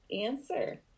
answer